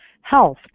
health